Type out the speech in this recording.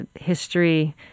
history